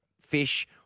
fish